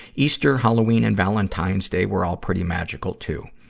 easter, halloween, and valentine's day were all pretty magically, too.